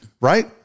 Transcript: Right